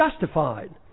justified